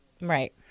Right